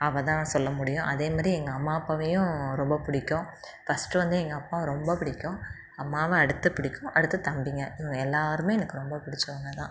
அவள்தான் சொல்ல முடியும் அதேமாரி எங்கள் அம்மா அப்பாவையும் ரொம்ப பிடிக்கும் ஃபர்ஸ்ட் வந்து எங்கள் அப்பாவை ரொம்ப பிடிக்கும் அம்மாவை அடுத்துப் பிடிக்கும் அடுத்தது தம்பிங்க இவங்க எல்லோருமே எனக்கு ரொம்ப பிடிச்சவங்கதான்